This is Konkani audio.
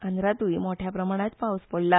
आंध्रातूय मोठया प्रमाणात पावस पडला